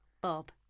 Bob